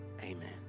amen